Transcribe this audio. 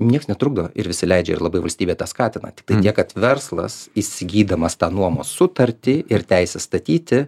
nieks netrukdo ir visi leidžia ir labai valstybė tą skatina tiktai tiek kad verslas įsigydamas tą nuomos sutartį ir teisę statyti